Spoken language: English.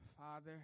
Father